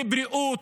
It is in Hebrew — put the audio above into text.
לבריאות,